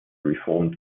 reformed